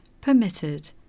permitted